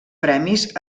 premis